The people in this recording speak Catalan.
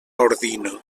ordino